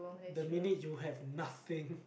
the minute you have nothing